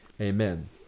amen